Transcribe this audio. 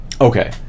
okay